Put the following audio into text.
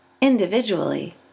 individually